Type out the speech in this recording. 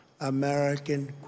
American